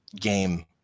game